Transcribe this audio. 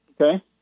Okay